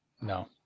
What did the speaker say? No